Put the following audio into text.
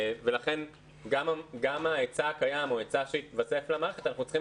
ולכן גם היצע הקיים או ההיצע שיתווסף למערכת אנחנו צריכים